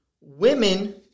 women